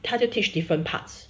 他就 teach different parts